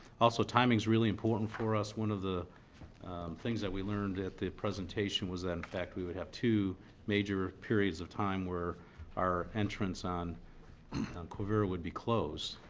also, timing's really important for us. one of the things that we learned at the presentation was that in fact we would have two major periods of time where our entrance on quivira would be closed.